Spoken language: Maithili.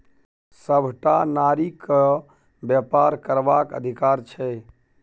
सभटा नारीकेँ बेपार करबाक अधिकार छै